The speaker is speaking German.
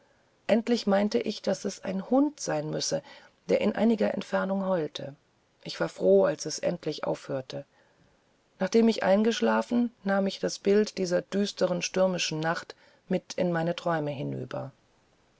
endlich meinte ich daß es ein hund sein müsse der in einiger entfernung heulte ich war froh als es endlich aufhörte nachdem ich eingeschlafen nahm ich das bild einer düsteren stürmischen nacht mit in meine träume hinüber